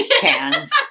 cans